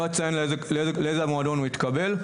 אני לא אציין לאיזה מועדון הוא התקבל,